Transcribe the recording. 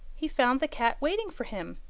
he found the cat waiting for him,